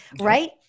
right